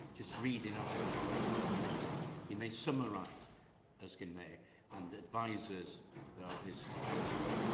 just reading out of a book is not permitted. he may summarise erskine may and advise us of his counselling,